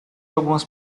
algumas